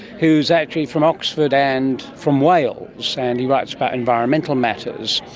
who is actually from oxford and from wales, so and he writes about environmental matters.